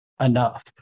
enough